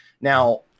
Now